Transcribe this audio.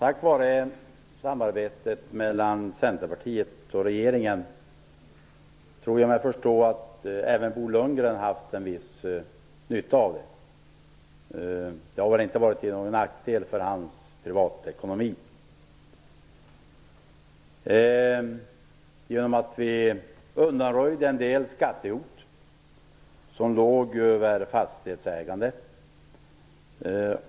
Fru talman! Samarbetet mellan Centerpartiet och regeringen tror jag mig förstå att även Bo Lundgren haft en viss nytta av. Det har väl inte varit till nackdel för hans privatekonomi att vi undanröjt en del skattehot över fastighetsägandet.